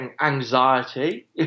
anxiety